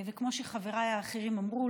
וכמו שחבריי האחרים אמרו,